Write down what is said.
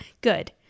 Good